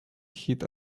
heat